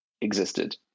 existed